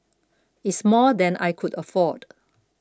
it's more than I could afford